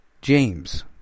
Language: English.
James